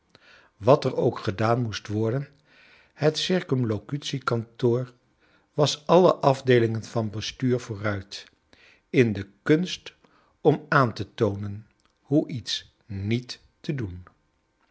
wat er ook gedaan moest worden het circumlocutie kantoor was alle afdeelingen van bestuur vooruit in de kunst om aan te toonen hoe iets niet te doen